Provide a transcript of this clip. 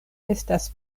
estas